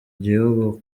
gihugu